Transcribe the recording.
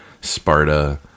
Sparta